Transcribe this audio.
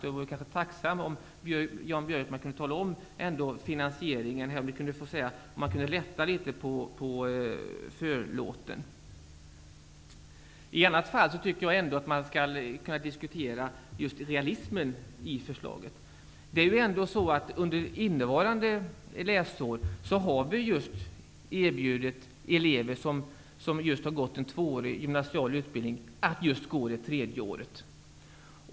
Jag vore tacksam om Jan Björkman kunde lätta litet på förlåten och tala om hur finansieringen skall ske. Jag tycker dock att vi skall kunna diskutera realismen i förslaget. Under innevarande läsår har vi erbjudit elever som just har gått en tvåårig gymnasial utbildning att gå det tredje året.